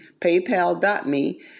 PayPal.me